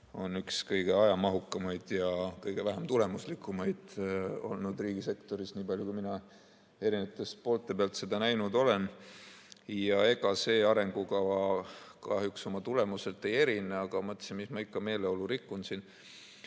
üks kõige ajamahukamaid ja kõige vähem tulemuslikumaid, nii palju kui mina erinevate poolte pealt seda näinud olen. Ja ega see arengukava kahjuks oma tulemuselt ei erine, aga ma mõtlesin, et mis ma ikka meeleolu rikun siin.